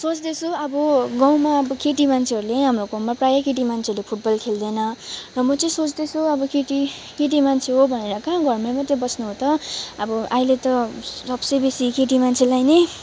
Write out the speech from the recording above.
सोच्दैँछु अब गाउँमा अब केटी मान्छेहरूले हाम्रो गाउँमा प्रायै केटी मान्छेहरूले फुटबल खेल्दैन र म चाहिँ सोच्दैँछु अब केटी केटी मान्छे हो भनेर कहाँ घरमै मात्रै बस्नु हो त अब अहिले त सब से बेसी केटी मान्छेलाई नै